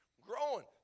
Growing